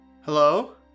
Hello